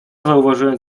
zauważyłem